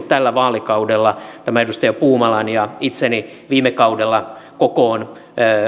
tällä vaalikaudella tämän edustaja puumalan ja itseni viime kaudella kokoon